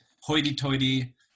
hoity-toity